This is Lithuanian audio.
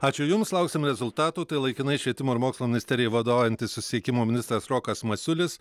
ačiū jums lauksim rezultatų tai laikinai švietimo ir mokslo ministerijai vadovaujantis susisiekimo ministras rokas masiulis